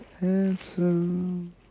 handsome